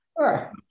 Sure